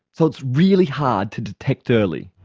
so it's really hard to detect early.